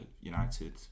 United